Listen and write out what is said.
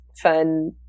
fun